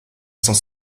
sans